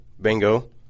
Bingo